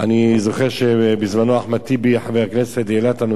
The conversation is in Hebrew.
אני זוכר שבזמנו חבר הכנסת אחמד טיבי העלה את הנושא